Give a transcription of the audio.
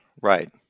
Right